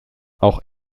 auch